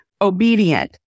obedient